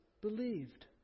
believed